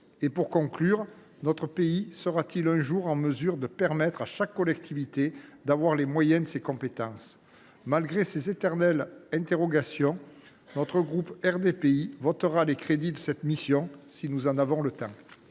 ? Enfin, notre pays sera t il un jour en mesure de permettre à chaque collectivité d’avoir les moyens de ses compétences ? Quoi qu’il en soit de ces éternelles interrogations, le groupe RDPI votera les crédits de cette mission, si nous en avons le temps.